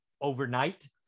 overnight